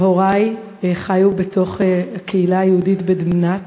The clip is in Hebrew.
הורי חיו בקהילה היהודית בדמנאת,